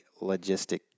logistic